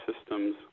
systems